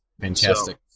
Fantastic